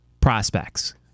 prospects